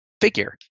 figure